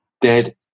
dead